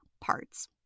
parts